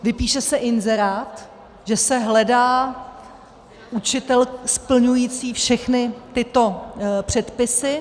Vypíše se inzerát, že se hledá učitel splňující všechny tyto předpisy.